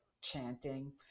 chanting